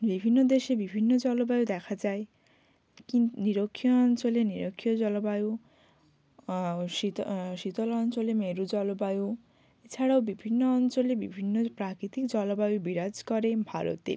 বিভিন্ন দেশে বিভিন্ন জলবায়ু দেখা যায় কি নিরক্ষীয় অঞ্চলে নিরক্ষীয় জলবায়ু শীত শীতল অঞ্চলে মেরু জলবায়ু এছাড়াও বিভিন্ন অঞ্চলে বিভিন্ন প্রাকৃতিক জলবায়ু বিরাজ করে ভারতে